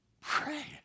Pray